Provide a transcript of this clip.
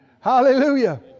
Hallelujah